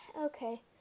Okay